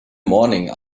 morning